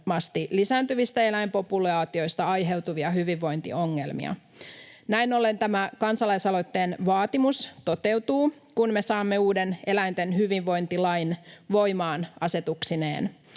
lisääntyvistä eläinpopulaatioista aiheutuvia hyvinvointiongelmia. Näin ollen tämä kansalaisaloitteen vaatimus toteutuu, kun me saamme uuden eläinten hyvinvointilain voimaan asetuksineen.